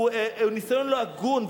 הוא ניסיון לא הגון,